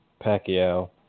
Pacquiao